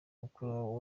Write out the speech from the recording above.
umukuru